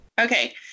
Okay